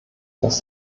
das